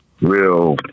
Real